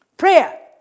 Prayer